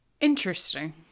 Interesting